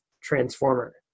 Transformer